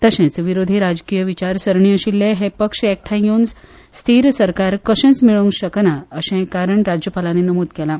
तशेंच विरोधी राजकी विचारसरणी आशिल्ले हे पक्ष एकठांय येवन स्थीर सरकार कशेंच मेळोवंक शकना अशेंच कारण राज्यपालांनी नमूद केलां